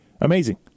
amazing